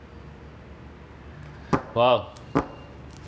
!wow!